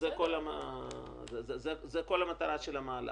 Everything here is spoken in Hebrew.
זו כל המטרה של המהלך.